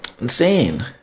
insane